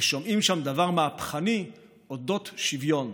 ושומעים שם דבר "מהפכני" על אודות שוויון.